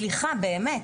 סליחה באמת.